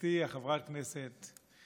גברתי חברת הכנסת,